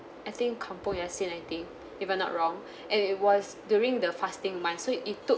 I think kampung yassin I think if I'm not wrong and it was during the fasting month so it took